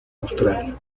australia